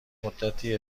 مدتی